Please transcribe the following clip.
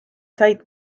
said